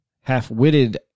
half-witted